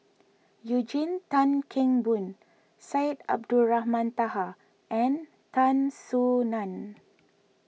Eugene Tan Kheng Boon Syed Abdulrahman Taha and Tan Soo Nan